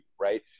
right